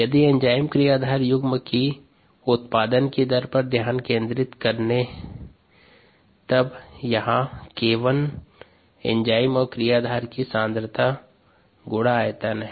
यदि एंजाइम क्रियाधार युग्म की उत्पादन की दर पर ध्यान केंद्रित करने पर यह 𝒌𝟏 एंजाइम और क्रियाधार की सांद्रता गुणा आयतन है